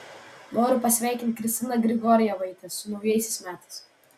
noriu pasveikinti kristiną grigorjevaitę su naujaisiais metais